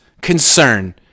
concern